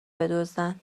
بدزدن